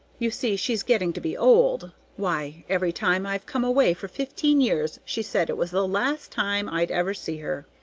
you see she's getting to be old why, every time i've come away for fifteen years she's said it was the last time i'd ever see her,